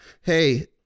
hey